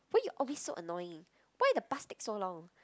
why you always so annoying why the plastic so long